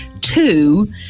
two